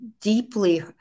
deeply